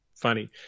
funny